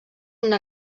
una